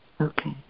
Okay